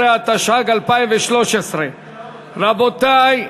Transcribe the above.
13), התשע"ג 2013. רבותי,